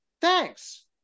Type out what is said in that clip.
Thanks